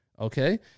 okay